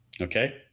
okay